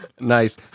nice